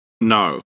no